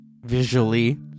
visually